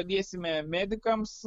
padėsime medikams